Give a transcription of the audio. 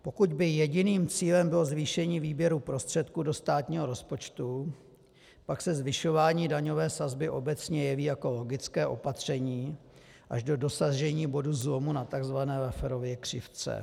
Pokud by jediným cílem bylo zvýšení výběru prostředků do státního rozpočtu, pak se zvyšování daňové sazby obecně jeví jako logické opatření až do dosažení bodu zlomu na tzv. Lafferově křivce.